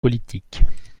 politiques